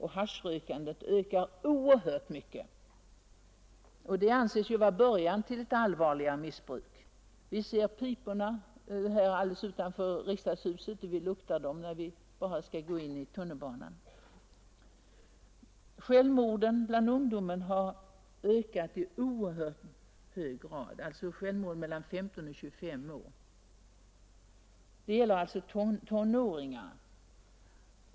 Haschrökandet ökar oerhört mycket, och det anses ju vara början till ett allvarligare missbruk. Vi ser piporna här alldeles utanför riksdagshuset, och vi känner lukten av dem när vi skall gå in i tunnelbanan. Självmorden bland ungdom — i åldrar mellan 15 och 25 år — har ökat i oerhörd grad. Det gäller alltså tonåringarna.